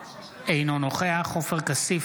אינו נוכח עופר כסיף,